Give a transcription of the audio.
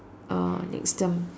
uh next term